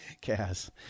Cass